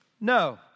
No